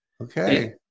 Okay